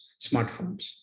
smartphones